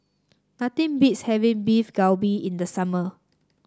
nothing beats having Beef Galbi in the summer